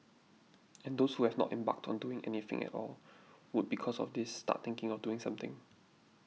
and those who have not embarked on doing anything at all would because of this start thinking of doing something